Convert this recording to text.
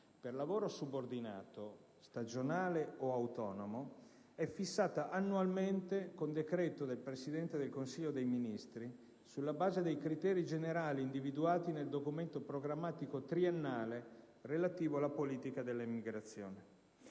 per lavoro subordinato, stagionale o autonomo - sia fissata annualmente con decreto del Presidente del Consiglio dei ministri, sulla base dei criteri generali individuati nel documento programmatico triennale relativo alla politica dell'immigrazione.